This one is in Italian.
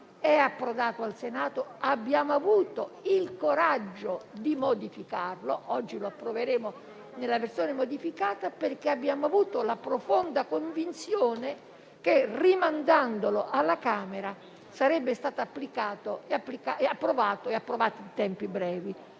è approdato al Senato, dove abbiamo avuto il coraggio di modificarlo, ed oggi lo approveremo nella versione modificata, perché abbiamo avuto la profonda convinzione che rimandandolo alla Camera sarebbe stato approvato in tempi brevi.